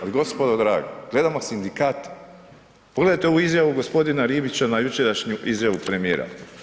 Ali gospodo draga, gledamo sindikate, pogledajte ovu izjavu g. Ribića na jučerašnju izjavu premijera.